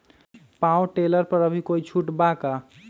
Power tiller पर अभी कोई छुट बा का?